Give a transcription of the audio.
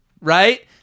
right